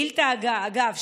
אגב,